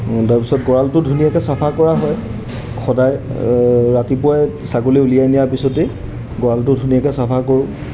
তাৰপিছত গঁৰালটো ধুনীয়াকৈ চাফা কৰা হয় সদায় ৰাতিপুৱাই ছাগলী উলিয়াই নিয়াৰ পিছতেই গঁৰালটো ধুনীয়াকৈ চাফা কৰোঁ